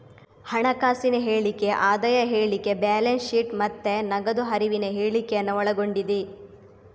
ಹಣಕಾಸಿನ ಹೇಳಿಕೆ ಆದಾಯ ಹೇಳಿಕೆ, ಬ್ಯಾಲೆನ್ಸ್ ಶೀಟ್ ಮತ್ತೆ ನಗದು ಹರಿವಿನ ಹೇಳಿಕೆಯನ್ನ ಒಳಗೊಂಡಿದೆ